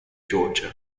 georgia